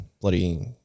Bloody